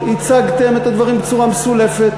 הצגתם את הדברים בצורה מסולפת.